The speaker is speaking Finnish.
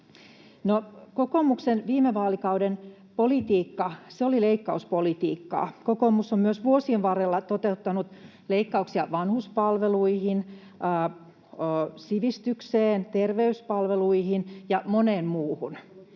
kokoomuksen viime vaalikauden politiikka oli leikkauspolitiikkaa. Kokoomus on myös vuosien varrella toteuttanut leikkauksia vanhuspalveluihin, sivistykseen, terveyspalveluihin ja moneen muuhun,